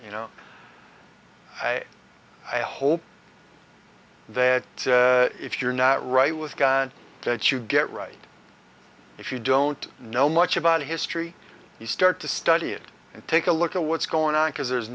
you know i hope that if you're not right with that you get right if you don't know much about history you start to study it and take a look at what's going on because there's